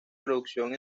producción